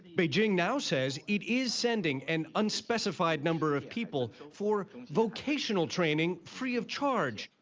beijing now says it is sending an unspecified number of people for vocational training free of charge.